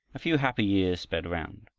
a few happy years sped round.